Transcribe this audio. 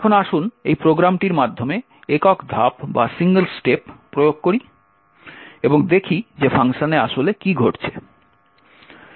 এখন আসুন এই প্রোগ্রামটির মাধ্যমে একক ধাপ প্রয়োগ করি এবং দেখি যে ফাংশনে আসলে কী ঘটছে